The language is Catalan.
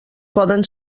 poden